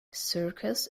circus